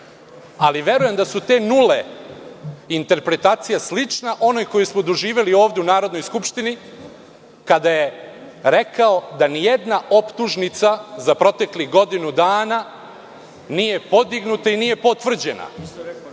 ali verujem da su te nule interpretacija slična onoj koju smo doživeli ovde u Narodnoj skupštini, kada je rekao da nijedna optužnica za proteklih godinu dana nije podignuta i nije potvrđena,